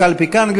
הקלפי כאן,